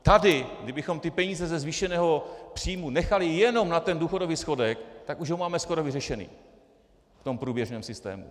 Tady, kdybychom ty peníze ze zvýšeného příjmu nechali jenom na důchodový schodek, tak už ho máme skoro vyřešený, v tom průběžném systému.